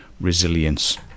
resilience